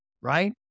right